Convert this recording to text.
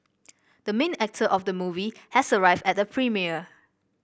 the main actor of the movie has arrived at the premiere